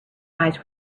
eyes